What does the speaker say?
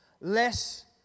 less